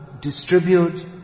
distribute